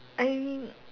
I